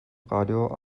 radio